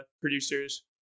producers